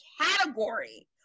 category